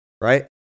right